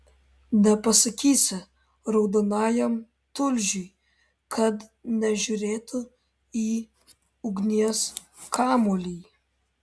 nepasakysi raudonajam tulžiui kad nežiūrėtų į ugnies kamuolį